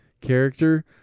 character